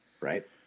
Right